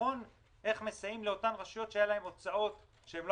לבחון איך מסייעים לאותן רשויות שהיו להן הוצאות שהן לא